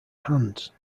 hands